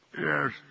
Yes